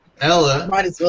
Ella